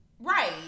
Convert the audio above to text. Right